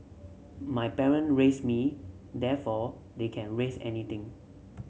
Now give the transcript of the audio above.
my parent raised me therefore they can raise anything